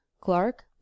clark